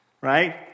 right